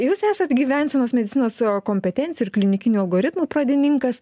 jūs esat gyvensenos medicinos savo kompetencija ir klinikinių algoritmų pradininkas